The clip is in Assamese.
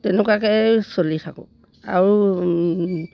তেনেকুৱাকৈয়ে চলি থাকোঁ আৰু